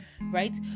right